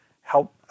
help